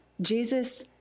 Jesus